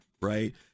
right